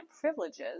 privileges